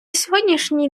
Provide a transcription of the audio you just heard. сьогоднішній